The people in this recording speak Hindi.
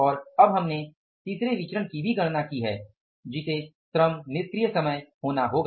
और अब हमने तीसरे विचरण की भी गणना की है तो इसे श्रम निष्क्रिय समय होना होगा